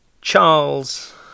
Charles